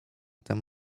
tem